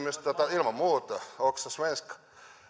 ilman muuta också svenska